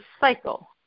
cycle